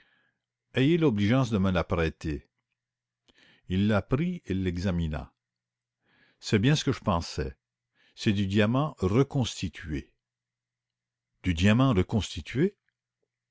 ayez l'obligeance de me la prêter il la prit et l'examina c'est bien ce que je pensais c'est du diamant reconstitué reconstitué